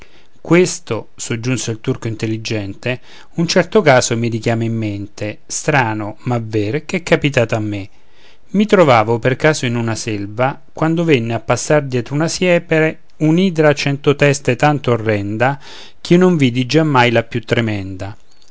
questo soggiunse il turco intelligente un certo caso mi richiama in mente strano ma ver ch'è capitato a me i trovavo per caso in una selva quando venne a passar dietro una siepe un'idra a cento teste tanto orrenda ch'io non vidi giammai la più tremenda